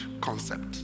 concept